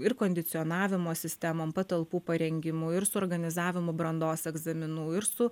ir kondicionavimo sistemom patalpų parengimu ir suorganizavimu brandos egzaminų ir su